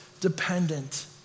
dependent